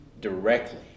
directly